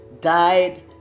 died